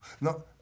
no